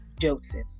Joseph